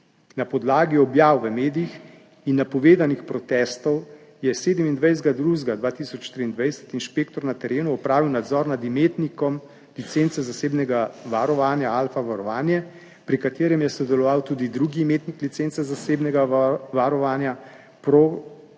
Na podlagi objav v medijih in napovedanih protestov je 27. 2. 2023 inšpektor na terenu opravil nadzor nad imetnikom licence zasebnega varovanja Alfa varovanje, pri katerem je sodeloval tudi drugi imetnik licence zasebnega varovanja PROGARD